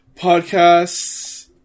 podcasts